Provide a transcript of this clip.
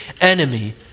enemy